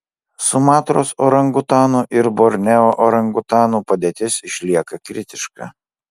sumatros orangutanų ir borneo orangutanų padėtis išlieka kritiška